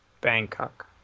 Bangkok